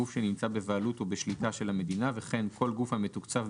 גוף שנמצא בבעלות או בשליטה של המדינה וכן כל גוף המתוקצב,